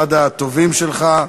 אחד הטובים שלך.